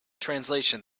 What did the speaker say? translation